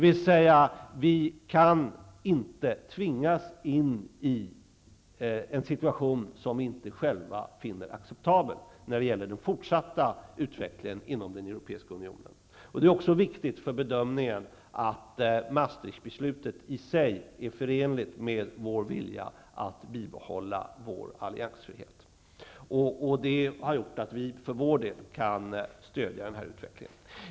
Vi kan alltså inte tvingas in i en situation som vi inte själva finner acceptabel när det gäller den fortsatta utvecklingen inom den europeiska unionen. Det är också viktigt för bedömningen att Maastrichtbeslutet i sig är förenligt med vår vilja att bibehålla vår alliansfrihet. Detta har gjort att vi för vår del kan stödja den här utvecklingen.